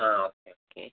ആ okay okay